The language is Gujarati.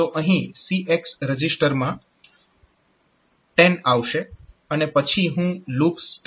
તો અહીં CX રજીસ્ટરમાં 10 આવશે અને પછી હું LOOP START લખી શકું છું